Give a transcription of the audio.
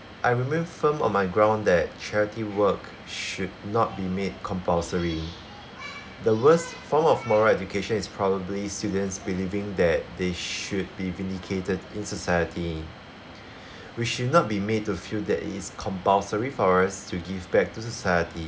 I remain firm on my ground that charity work should not be made compulsory the worst form of moral education is probably students believing that they should be vindicated in society we should not be made to feel that it is compulsory for us to give back to society